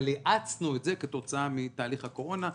האצנו את זה כתוצאה מתהליך הקורונה,